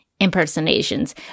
impersonations